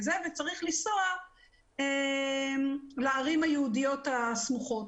וצריך לנסוע לערים היהודיות הסמוכות.